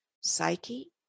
psyche